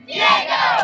Diego